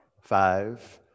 Five